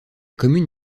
commune